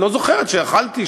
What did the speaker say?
לא זוכרת שאכלתי,